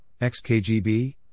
XKGB